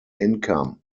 income